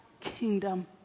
kingdom